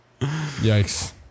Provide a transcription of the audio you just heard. Yikes